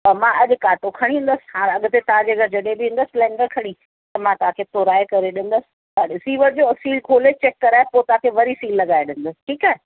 ऐं मां अॼु कांटो खणी ईंदसि हाणे अॻिते तव्हांजे घरु जॾहिं बि ईंदसि सिलेंदर खणी त मां तव्हांखे तोड़ाए करे ॾिंदुसि तव्हां ॾिसी वठिजो ऐं सील खोलाए चैक कराए पोइ तव्हांखे वरी सील लॻाए ॾिंदुसि ठीकु आहे